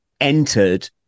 entered